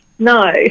No